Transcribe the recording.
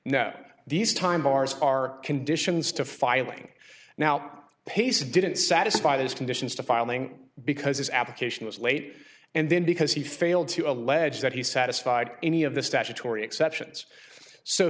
at these times ours are conditions to filing now pace didn't satisfy those conditions to filing because his application was late and then because he failed to allege that he satisfied any of the statutory exceptions so